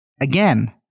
again